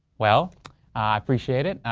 well i appreciate it.